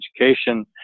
education